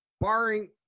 Barring